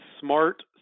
smart